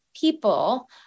people